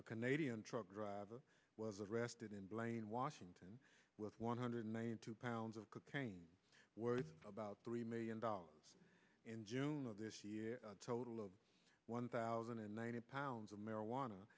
a canadian truck driver was arrested in blaine washington with one hundred ninety two pounds of cocaine worth about three million dollars in june of this year total of one thousand and ninety pounds of marijuana